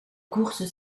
course